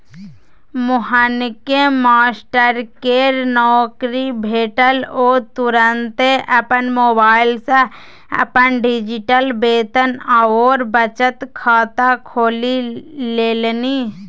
मोहनकेँ मास्टरकेर नौकरी भेटल ओ तुरते अपन मोबाइल सँ अपन डिजिटल वेतन आओर बचत खाता खोलि लेलनि